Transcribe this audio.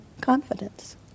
confidence